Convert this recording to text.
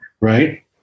Right